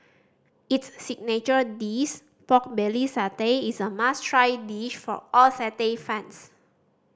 its signature dish pork belly satay is a must try dish for all satay fans